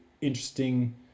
interesting